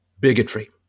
bigotry